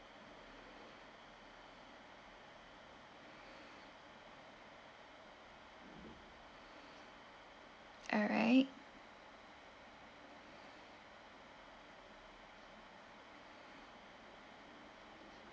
alright